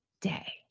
day